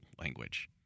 language